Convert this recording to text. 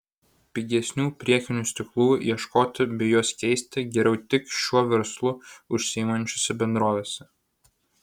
pigesnių priekinių stiklų ieškoti bei juos keisti geriau tik šiuo verslu užsiimančiose bendrovėse